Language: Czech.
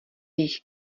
jejich